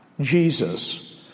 Jesus